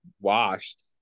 washed